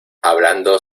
hablando